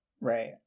Right